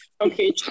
Okay